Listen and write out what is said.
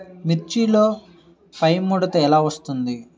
మిర్చిలో పైముడత ఎలా వస్తుంది?